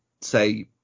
say